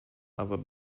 aber